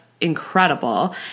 incredible